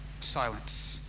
Silence